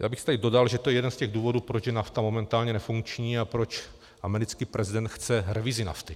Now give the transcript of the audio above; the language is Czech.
Já bych tady dodal, že je to jeden z těch důvodů, proč je NAFTA momentálně nefunkční a proč americký prezident chce revizi NAFTA.